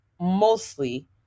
mostly